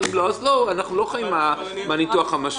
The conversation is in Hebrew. וכן הורהו של אומן,